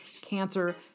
cancer